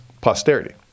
posterity